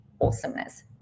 awesomeness